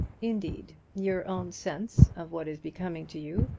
indeed, your own sense of what is becoming to you,